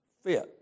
fit